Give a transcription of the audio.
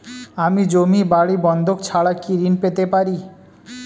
আমি জমি বাড়ি বন্ধক ছাড়া কি ঋণ পেতে পারি?